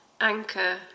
anchor